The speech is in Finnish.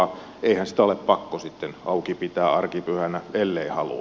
eihän sitä ole pakko sitten auki pitää arkipyhänä ellei halua